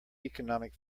economic